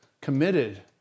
committed